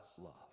love